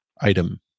item